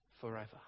forever